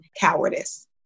cowardice